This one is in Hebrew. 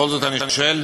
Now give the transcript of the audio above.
בכל זאת, אני שואל: